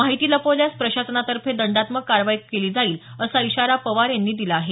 माहिती लपवल्यास प्रशासनातर्फे दंडात्मक कारवाई केली जाईल असा इशारा पवार यांनी दिला आहे